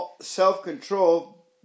self-control